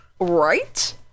right